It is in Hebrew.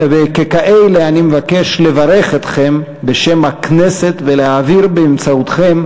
אני מבקש לברך אתכם בשם הכנסת ולהעביר באמצעותכם